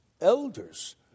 elders